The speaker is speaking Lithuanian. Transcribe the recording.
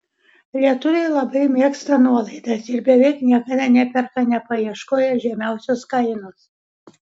lietuviai labai mėgsta nuolaidas ir beveik niekada neperka nepaieškoję žemiausios kainos